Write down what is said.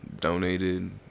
donated